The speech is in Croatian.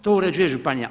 To uređuje županija.